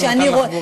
אז הוא נתן לך,